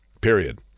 Period